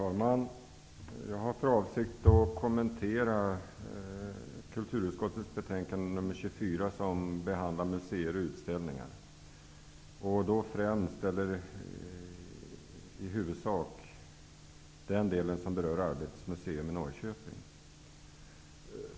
Herr talman! Jag har för avsikt att kommentera kulturutskottets betänkande nr 24 som behandlar museer och utställningar. I huvudsak vill jag ta upp den del som berör Arbetets museum i Norrköping.